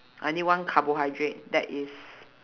I need one carbohydrate that is